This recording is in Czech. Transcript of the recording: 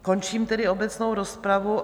Končím tedy obecnou rozpravu.